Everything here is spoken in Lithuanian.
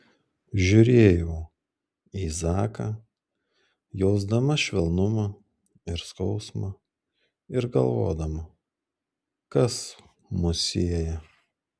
žiūrėjau į zaką jausdama švelnumą ir skausmą ir galvodama kas mus sieja